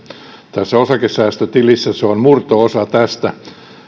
tässä osakesäästötilissä se on murto osa tästä